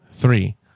Three